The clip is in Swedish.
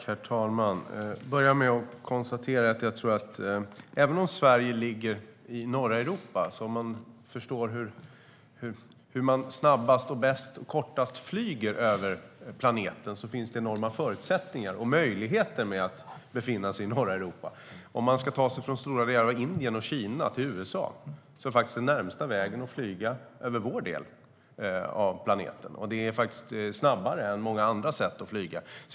Herr talman! Jag börjar med att konstatera att även om Sverige ligger i norra Europa finns det enorma förutsättningar och möjligheter med att befinna sig i norra Europa när det gäller hur man snabbast, bäst och kortast flyger över planeten. Om man ska ta sig från stora delar av Indien och Kina till USA är närmsta vägen att flyga över vår del av planeten. Det är snabbare än många andra sätt att flyga.